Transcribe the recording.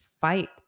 fight